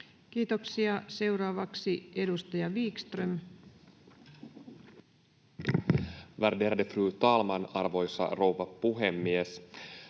Kiitoksia. — Seuraavaksi edustaja Wickström. Värderade fru talman, arvoisa rouva puhemies!